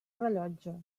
rellotge